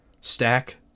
stack